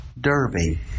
Derby